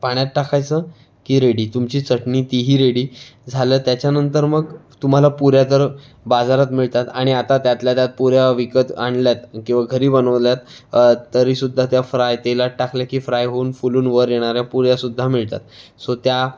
पाण्यात टाकायचं की रेडी तुमची चटणी तीही रेडी झालं त्याच्यानंतर मग तुम्हाला पुऱ्या तर बाजारात मिळतात आणि आता त्यातल्या त्यात पुऱ्या विकत आणल्यात किंवा घरी बनवल्यात तरी सुद्धा त्या फ्राय तेलात टाकल्या की फ्राय होऊन फुलून वर येणाऱ्या पुऱ्यासुद्धा मिळतात सो त्या